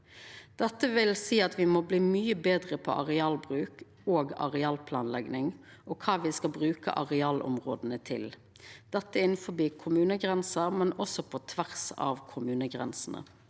Det vil seia at me må bli mykje betre på arealbruk og arealplanlegging og kva me skal bruka arealområda til – innanfor kommunegrensa, men også på tvers av kommunegrensene.